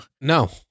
No